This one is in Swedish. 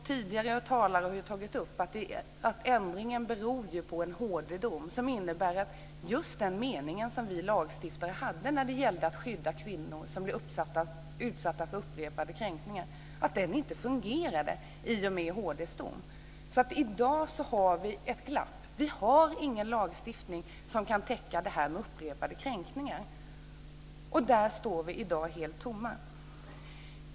Tidigare talare har tagit upp att ändringen beror på en HD-dom. Det innebär att just den mening som vi lagstiftare hade när det gäller att skydda kvinnor som blir utsatta för upprepade kränkningar inte fungerade i och med HD:s dom. I dag har vi därför ett glapp. Vi har ingen lagstiftning som kan täcka "upprepad kränkning". Där står vi i dag helt tomma.